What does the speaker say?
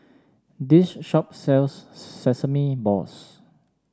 this shop sells Sesame Balls